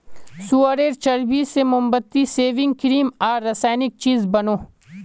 सुअरेर चर्बी से मोमबत्ती, सेविंग क्रीम आर रासायनिक चीज़ बनोह